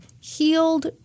healed